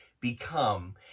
become